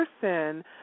person